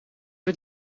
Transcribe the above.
het